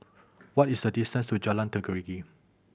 what is the distance to Jalan Tenggiri